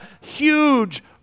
huge